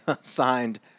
signed